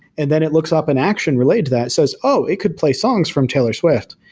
and then it looks up an action related to that, so it's, oh, it could play songs from taylor swift.